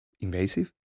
invasive